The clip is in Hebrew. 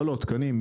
לא, לא, תקנים.